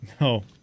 No